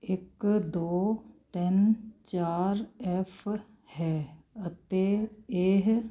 ਇੱਕ ਦੋ ਤਿੰਨ ਚਾਰ ਐੱਫ ਹੈ ਅਤੇ ਇਹ